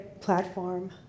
platform